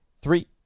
Three